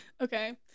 Okay